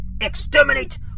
Exterminate